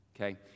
okay